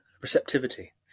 receptivity